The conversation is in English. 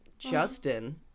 Justin